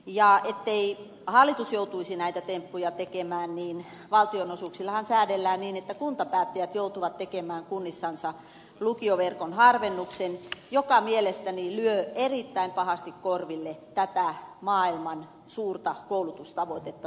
ja ettei hallitus joutuisi näitä temppuja tekemään niin valtionosuuksillahan säädellään niin että kuntapäättäjät joutuvat tekemään kunnissansa lukioverkon harvennuksen joka mielestäni lyö erittäin pahasti korville tätä maailman suurta koulutustavoitetta suomalaisten osalta